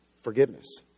Forgiveness